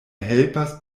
helpas